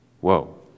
Whoa